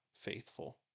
faithful